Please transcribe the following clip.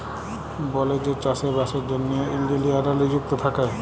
বলেযে চাষে বাসের জ্যনহে ইলজিলিয়াররা লিযুক্ত থ্যাকে